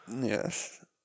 Yes